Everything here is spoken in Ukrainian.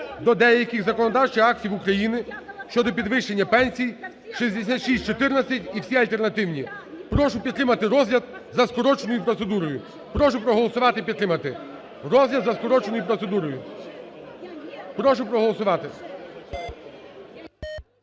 до деяких законодавчих актів України щодо підвищення пенсій (6614) і всі альтернативні. Прошу підтримати розгляд за скороченою процедурою. Прошу проголосувати і підтримати розгляд за скороченою процедурою. Прошу проголосувати.